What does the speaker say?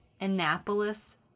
Annapolis